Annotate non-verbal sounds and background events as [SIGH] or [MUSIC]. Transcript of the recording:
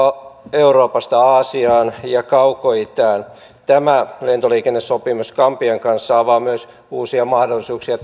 euroopasta aasiaan ja kaukoitään myös tämä lentoliikennesopimus gambian kanssa avaa todennäköisesti uusia mahdollisuuksia [UNINTELLIGIBLE]